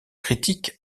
critiques